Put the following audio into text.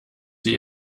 sie